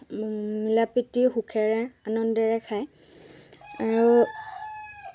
খাব পৰা হয় তেতিয়া মাছ ধৰি কিনে বজাৰত বিক্ৰী কৰে সেই মাছবিলাক আৰু